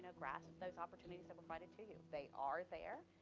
ah grasp those opportunities that were provided to you, they are there.